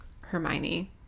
Hermione